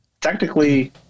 technically